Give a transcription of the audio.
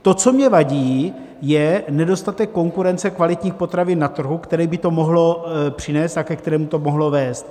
To, co mi vadí, je nedostatek konkurence kvalitních potravin na trhu, který by to mohlo přinést a ke kterému to mohlo vést.